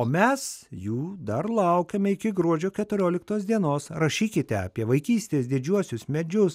o mes jų dar laukiame iki gruodžio keturioliktos dienos rašykite apie vaikystės didžiuosius medžius